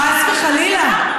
חס וחלילה.